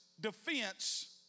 defense